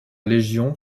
légion